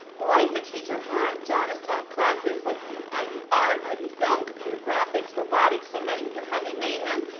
like the teacher hat, john has taught classes. let's see, ib art, ib film, computer graphics, robotics, so many we can hardly name them.